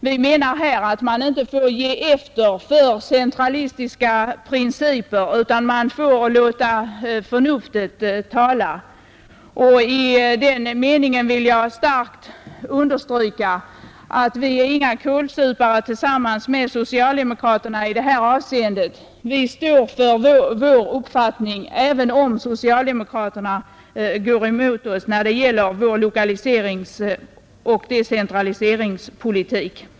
Vi menar att man inte får ge efter för centralistiska principer, utan man måste låta förnuftet tala. I det sammanhanget vill jag starkt understryka att vi i det här avseendet inte är några kålsupare tillsammans med socialdemokraterna. Vi står för vår uppfattning även om socialdemokraterna går emot oss när det gäller vår lokaliseringsoch decentraliseringspolitik.